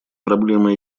проблемы